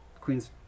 Queen's